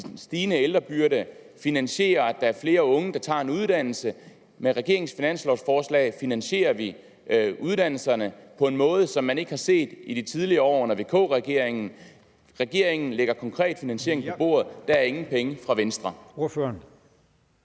stigende ældrebyrde, finansiere, at der er flere unge, der tager en uddannelse. Med regeringens finanslovforslag finansierer vi uddannelserne på en måde, som man ikke har set i de tidligere år under VK-regeringen. Regeringen lægger konkret finansiering på bordet. Der er ingen penge fra Venstre.